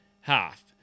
half